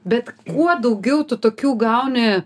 bet kuo daugiau tu tokių gauni